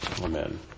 Amen